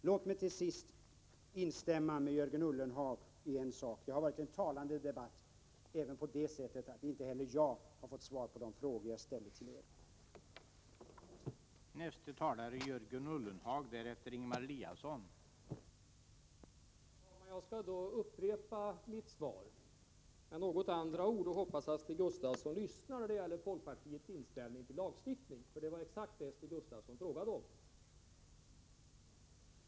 Låt mig till sist instämma med Jörgen Ullenhag om en sak: det har varit en talande debatt även på det sättet att inte heller jag har fått svar på de frågor jag ställde till er.